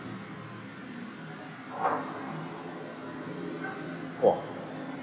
!wah!